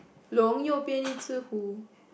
龙右边一只虎